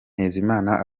ntezimana